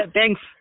Thanks